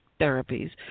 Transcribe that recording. therapies